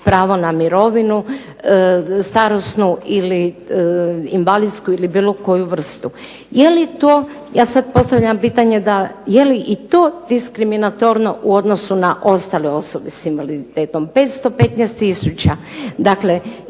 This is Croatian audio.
pravo na starosnu mirovinu ili invalidsku ili bilo koju vrstu. Je li to, ja sad postavljam pitanje je li i to diskriminatorno u odnosu na ostale osobe s invaliditetom 515 tisuća? I